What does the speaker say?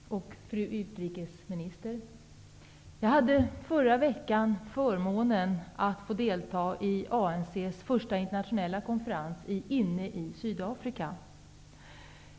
Herr talman! Fru utrikesminister! Jag hade förra veckan förmånen att få delta i ANC:s första internationella konferens i Sydafrika.